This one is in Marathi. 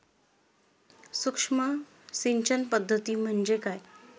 सूक्ष्म सिंचन पद्धती म्हणजे काय?